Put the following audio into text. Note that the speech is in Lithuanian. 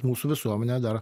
mūsų visuomenė dar